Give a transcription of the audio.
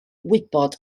wybod